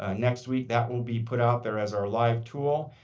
ah next week that will be put out there as our live tool.